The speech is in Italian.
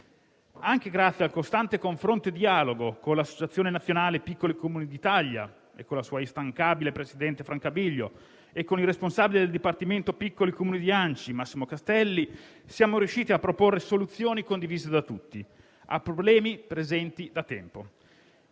Anche grazie al costante confronto e al dialogo con l'Associazione nazionale piccoli Comuni d'Italia e con la sua instancabile presidente, Franca Biglio, nonché con il responsabile del Dipartimento piccoli Comuni ANCI, Massimo Castelli, siamo riusciti a proporre soluzioni condivise da tutti a problemi presenti da tempo.